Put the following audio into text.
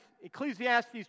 Ecclesiastes